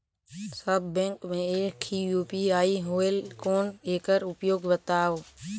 सब bank मे एक ही यू.पी.आई होएल कौन एकर उपयोग बताव?